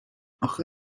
اخه